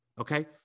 okay